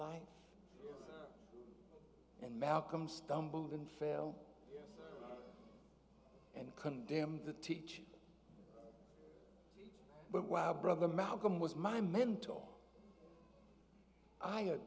life and malcolm stumbled and fell and condemn the teach but while brother malcolm was my mentor i